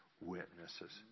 witnesses